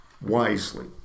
wisely